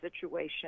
situation